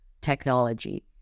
technology